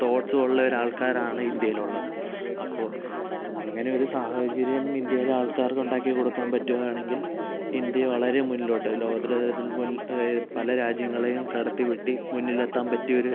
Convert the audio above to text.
തോട്ട്സുമുള്ള ഒരാൾക്കാരാണ് ഇന്ത്യയിൽ ഉള്ളത് അപ്പോൾ അങ്ങനെ ഒരു സാഹചര്യം ഇന്ത്യയിലെ ആൾക്കാർക്ക് ഉണ്ടാക്കി കൊടുക്കാൻ പറ്റുവാണെങ്കിൽ ഇന്ത്യയെ വളരെ മുന്നിലോട്ട് ലോകോത്തരതലത്തിൽ മുൻ പല രാജ്യങ്ങളെയും കടത്തിവെട്ടി മുന്നിലെത്താൻ പറ്റിയൊരു